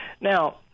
Now